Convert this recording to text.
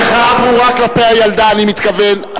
המחאה ברורה, כלפי הילדה, אני מתכוון.